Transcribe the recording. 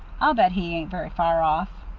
i'll bet he ain't very far off.